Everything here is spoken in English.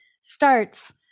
starts